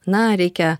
na reikia